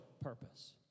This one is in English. purpose